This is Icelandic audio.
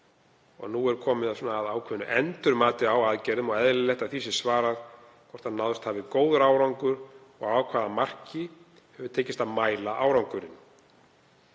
Nú er komið að ákveðnu endurmati á aðgerðum og eðlilegt að því sé svarað hvort náðst hafi góður árangur og að hvaða marki hefur tekist að mæla árangurinn.